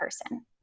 person